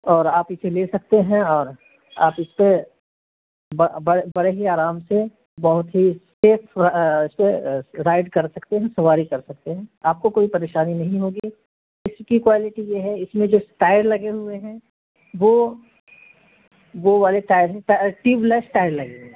اور آپ اسے لے سکتے ہیں اور آپ اس پہ بڑے ہی آرام سے بہت ہی سیف رائڈ کر سکتے ہیں سواری کر سکتے ہیں آپ کو کوئی پریشانی نہیں ہوگی اس کی کوالٹی یہ ہے اس میں جو ٹائر لگے ہوئے ہیں وہ وہ والے ٹائر ہیں ٹیب لیس ٹائر لگے ہوئے ہیں